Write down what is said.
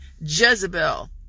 Jezebel